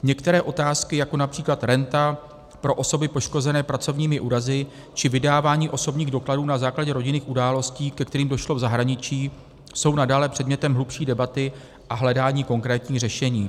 Některé otázky, jako například renta pro osoby poškozené pracovními úrazy či vydávání osobních dokladů na základě rodinných událostí, ke kterým došlo v zahraničí, jsou nadále předmětem hlubší debaty a hledání konkrétních řešení.